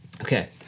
okay